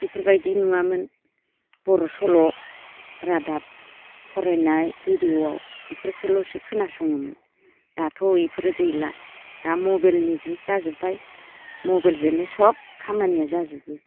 इफोरबायदि नुवामोन बर' सल' रादाब फरायनाय रेडिय'आव इफोरखोल'सो खोनासङोमोन दाथ' इफोरो गैला दा मबाइलनि जुग जाजोबबाय मबाइलजोनो सब खामानिया जाजोबो